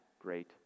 great